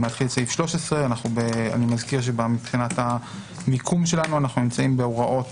להתחיל את סעיף 13. אני מזכיר שמבחינת המיקום שלנו אנחנו נמצאים בהוראות